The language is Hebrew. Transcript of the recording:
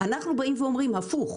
אנחנו באים ואומרים הפוך,